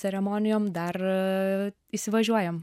ceremonijom dar įsivažiuojam